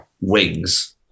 wings